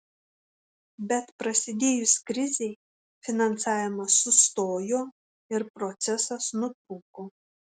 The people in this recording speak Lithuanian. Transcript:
bet prasidėjus krizei finansavimas sustojo ir procesas nutrūko